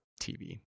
TV